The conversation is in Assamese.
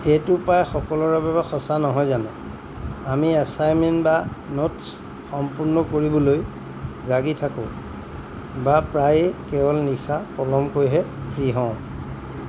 এইটো প্ৰায় সকলোৰে বাবে সঁচা নহয় জানো আমি এছাইনমেণ্ট বা নোটছ্ সম্পূৰ্ণ কৰিবলৈ জাগি থাকোঁ বা প্ৰায়ে কেৱল নিশা পলমকৈ হে ফ্ৰি হওঁ